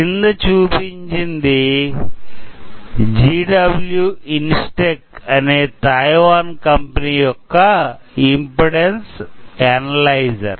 క్రింద చూపించింది G W Instek అనే తైవాన్ కంపని యొక్క ఇమ్పెడాన్సు అనలైజర్